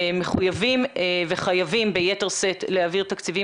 מחויבים וחייבים ביתר שאת להעביר תקציבים